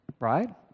right